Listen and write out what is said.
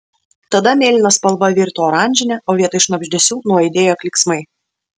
tada mėlyna spalva virto oranžine o vietoj šnabždesių nuaidėjo klyksmai